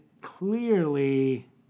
clearly